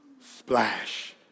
splash